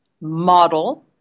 model